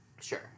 Sure